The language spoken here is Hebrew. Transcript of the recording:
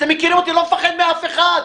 אתם מכירים אותי, לא מפחד מאף אחד.